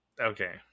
Okay